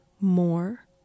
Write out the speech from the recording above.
more